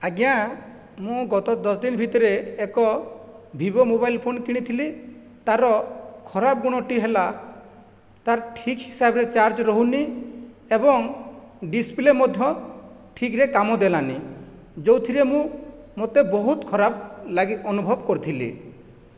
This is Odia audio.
ଆଜ୍ଞା ମୁଁ ଗତ ଦଶଦିନ ଭିତରେ ଏକ ଭିବୋ ମୋବାଇଲ ଫୋନ କିଣିଥିଲି ତାର ଖରାପ ଗୁଣଟି ହେଲା ତାର ଠିକ୍ ହିସାବରେ ଚାର୍ଜ ରହୁନି ଏବଂ ଡିସପ୍ଲେ ମଧ୍ୟ ଠିକ୍ରେ କାମ ଦେଲାନି ଯେଉଁଥିରେ ମୁଁ ମୋତେ ବହୁତ ଖରାପ ଲାଗି ଅନୁଭବ କରିଥିଲି